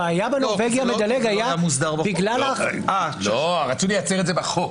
הבעיה ב"נורבגי המדלג" הייתה בגלל --- רצו לייצר את זה בחוק.